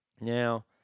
Now